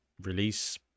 release